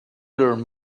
learn